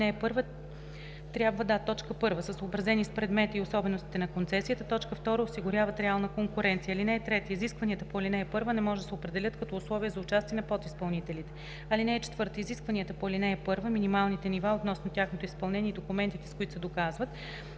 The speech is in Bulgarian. ал. 1 трябва да: 1. са съобразени с предмета и особеностите на концесията; 2. осигуряват реална конкуренция; (3) Изискванията по ал. 1 не може да се определят като условия за участие на подизпълнителите. (4) Изискванията по ал. 1, минималните нива относно тяхното изпълнение и документите, с които се доказват